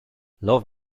love